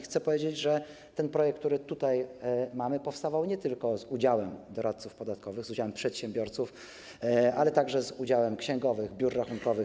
Chcę powiedzieć, że ten projekt, który tutaj mamy, powstawał nie tylko z udziałem doradców podatkowych, z udziałem przedsiębiorców, ale także z udziałem księgowych, biur rachunkowych.